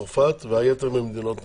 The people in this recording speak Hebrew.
צרפת והיתר ממדינות נוספות.